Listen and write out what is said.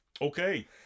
Okay